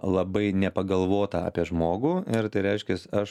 labai nepagalvota apie žmogų ir tai reiškias aš